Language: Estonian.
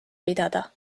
pidada